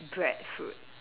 breadfruit